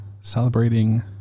celebrating